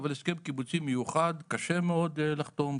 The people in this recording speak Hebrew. אבל הסכם קיבוצי מיוחד קשה מאוד לחתום,